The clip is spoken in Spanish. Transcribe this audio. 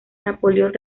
napoleón